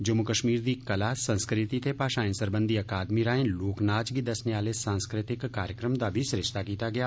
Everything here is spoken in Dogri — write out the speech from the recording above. जम्मू कश्मीर दी कला संस्कृति ते भाषाएं सरबंघी अकादमी राएं लोकनाच गी दस्सने आहले सांस्कृतिक कार्यक्रम दा बी सरिस्ता कीता गेआ